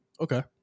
Okay